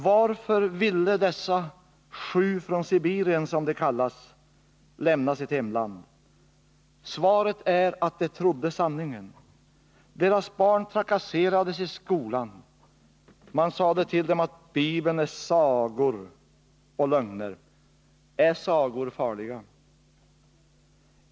Varför ville dessa ”sju från Sibirien”, som de kallas, lämna sitt hemland? Svaret är att de trodde Sanningen. Deras barn trakasserades i skolan. Man sade till dem att Bibeln är sagor och lögner. Är sagor farliga?